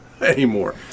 anymore